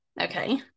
Okay